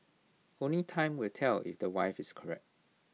only time will tell if the wife is correct